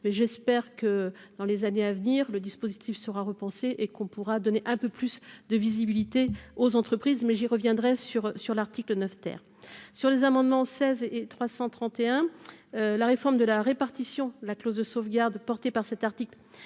mais j'espère que dans les années à venir, le dispositif sera repensé et qu'on pourra donner un peu plus de visibilité aux entreprises mais j'y reviendrai sur sur l'article 9 terre sur les amendements 16 et 331 la réforme de la répartition, la clause de sauvegarde porter par cet article